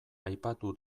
aipatu